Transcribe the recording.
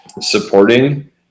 supporting